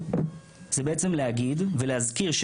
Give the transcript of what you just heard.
זה בעצם להגיד ולהזכיר,